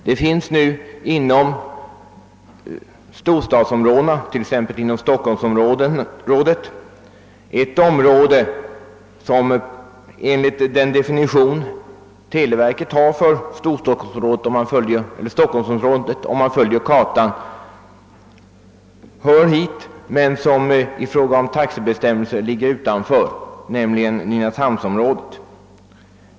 Som exempel vill jag nämna att det inom stockholmsområdet finns ett område, som enligt den definition televerket har på stockholmsområdet hör dit om man följer kartan men som i fråga om taxebestämmelserna ligger utanför det, nämligen nynäshamnsområdet.